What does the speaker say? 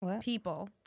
people